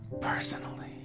personally